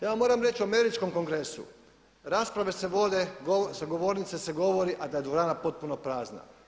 Ja vam moram reći u američkom Kongresu rasprave se govore, sa govornice se govori a da je dvorana potpuno prazna.